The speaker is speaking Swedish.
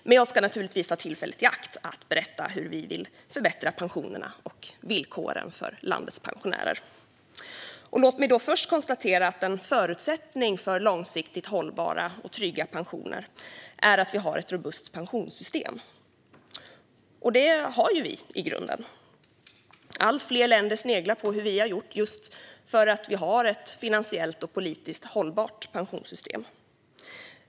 Men jag ska naturligtvis ta tillfället i akt att berätta hur vi vill förbättra pensionerna och villkoren för landets pensionärer. Låt mig först konstatera att en förutsättning för långsiktigt hållbara och trygga pensioner är att vi har ett robust pensionssystem. Det har vi i grunden. Allt fler länder sneglar på hur vi har gjort, just för att vi har ett finansiellt och politiskt hållbart pensionssystem.